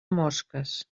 mosques